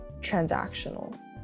transactional